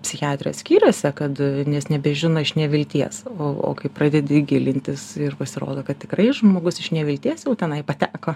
psichiatrijos skyriuose kad nes nebežino iš nevilties o o kai pradedi gilintis ir pasirodo kad tikrai žmogus iš nevilties jau tenai pateko